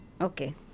Okay